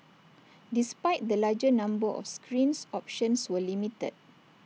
despite the larger number of screens options were limited